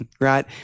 Right